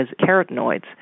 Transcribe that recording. carotenoids